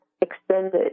extended